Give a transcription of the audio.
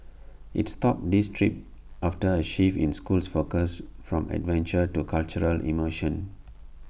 IT stopped these trips after A shift in school's focus from adventure to cultural immersion